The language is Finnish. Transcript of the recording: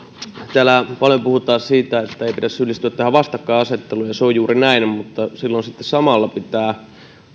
täällä paljon puhutaan siitä että ei pidä syyllistyä tähän vastakkainasetteluun ja se on juuri näin mutta silloin sitten samalla pitää